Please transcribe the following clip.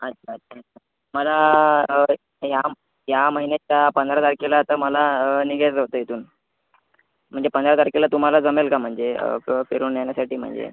अच्छा अच्छा मला या या महिन्याच्या पंधरा तारखेला तर मला इथून म्हणजे पंधरा तारखेला तुम्हाला जमेल का म्हणजे असं फिरून येण्यासाठी म्हणजे